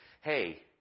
hey